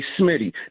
Smitty